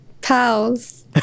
Pals